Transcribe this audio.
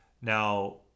Now